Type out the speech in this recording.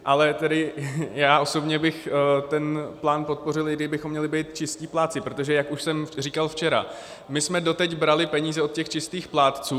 Ale tedy já osobně bych ten plán podpořil, i kdybychom měli být čistí plátci, protože jak už jsem říkal včera, my jsme doteď brali peníze od čistých plátců.